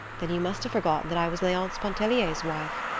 then you must have forgotten that i was leonce pontellier's wife.